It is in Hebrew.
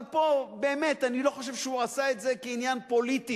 אבל פה באמת אני לא חושב שהוא עשה את זה כעניין פוליטי,